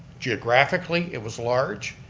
geographically it was large.